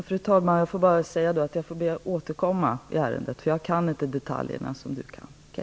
Fru talman! Då vill jag bara upprepa att frågeställaren får återkomma i ärendet, för jag kan inte detaljerna just nu.